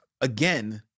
again